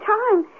time